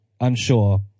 unsure